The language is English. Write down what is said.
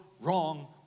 wrong